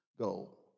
goal